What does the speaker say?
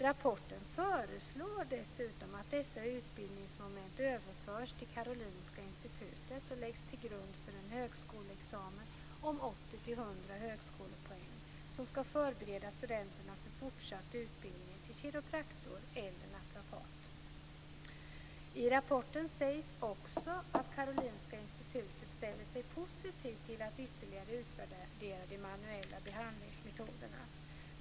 Rapporten förslår dessutom att dessa utbildningsmoment överförs till Karolinska Institutet och läggs till grund för en högskoleexamen om 80-100 högskolepoäng som ska förbereda studenterna för fortsatt utbildning till kiropraktor eller naprapat. I rapporten sägs också att Karolinska Institutet ställer sig positivt till att ytterligare utvärdera de manuella behandlingsmetoderna.